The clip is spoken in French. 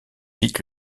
vite